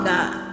God